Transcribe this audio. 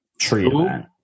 treatment